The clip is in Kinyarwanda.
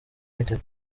united